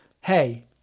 hey